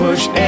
Push